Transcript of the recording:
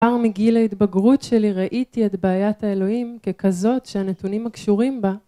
כבר מגיל ההתבגרות שלי ראיתי את בעיית האלוהים ככזאת שהנתונים הקשורים בה